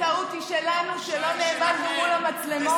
הטעות היא שלנו שלא נעמדנו מול המצלמות,